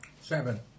Seven